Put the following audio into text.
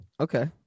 Okay